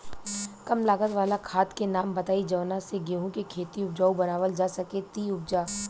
कम लागत वाला खाद के नाम बताई जवना से गेहूं के खेती उपजाऊ बनावल जा सके ती उपजा?